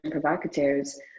provocateurs